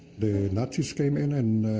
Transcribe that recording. the nazis came in and